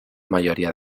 mayoría